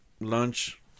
lunch